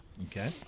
Okay